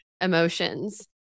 emotions